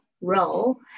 role